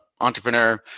entrepreneur